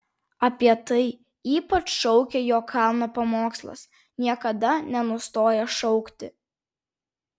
apie tai ypač šaukia jo kalno pamokslas niekada nenustoja šaukti